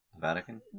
Vatican